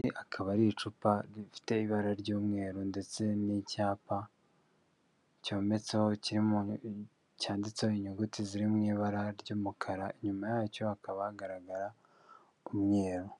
Iri akaba ari icupa rifite ibara ry'umweru ndetse n'icyapa cyometseho cyanditseho inyuguti ziri mui ibara ry'umukara, inyuma yacyo hakaba hagaragara umweru